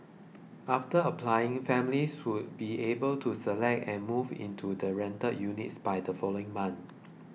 after applying families will be able to select and move into the rental units by the following month